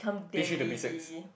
P three to P six